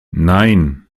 nein